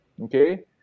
Okay